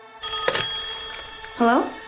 Hello